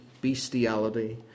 bestiality